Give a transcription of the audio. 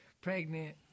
pregnant